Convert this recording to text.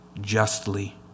justly